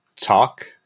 talk